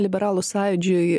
liberalų sąjūdžiui